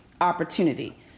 opportunity